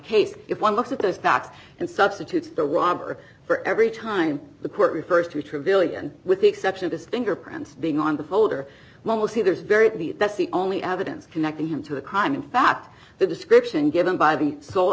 case if one looks at those facts and substitutes the robber for every time the court refers to trivially and with the exception of his fingerprints being on the folder mostly there is very that's the only evidence connecting him to the crime in fact the description given by the so